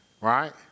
right